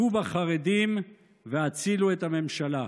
הכו בחרדים והצילו את הממשלה.